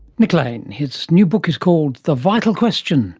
nick lane. his new book is called the vital question